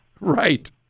Right